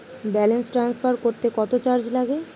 Balance transfer করতে কত charge লাগে?